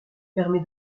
permet